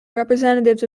representatives